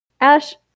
ash